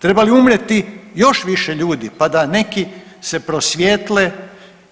Treba li umrijeti još više ljudi pa da neki se prosvijetle